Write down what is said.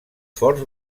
forts